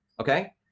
okay